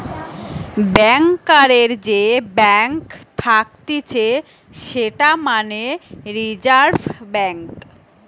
ব্যাংকারের যে ব্যাঙ্ক থাকতিছে সেটা মানে রিজার্ভ ব্যাঙ্ক